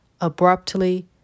abruptly